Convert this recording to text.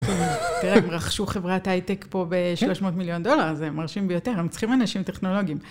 תראה, הם רכשו חברת הייטק פה ב-300 מיליון דולר, זה מרשים ביותר, הם צריכים אנשים טכנולוגיים.